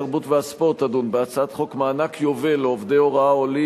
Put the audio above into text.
התרבות והספורט תדון בהצעת חוק מענק יובל לעובדי הוראה עולים,